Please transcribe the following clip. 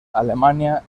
alemania